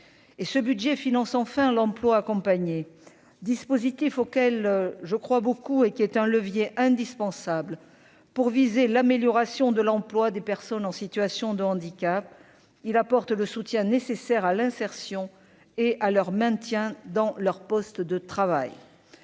ce budget finance enfin l'emploi accompagné dispositif auquel je crois beaucoup et qui est un levier indispensable pour viser l'amélioration de l'emploi des personnes en situation de handicap, il apporte le soutien nécessaire à l'insertion et à leur maintien dans leur poste de travail,